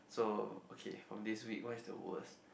so okay from this week what is the worst